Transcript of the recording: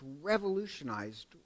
revolutionized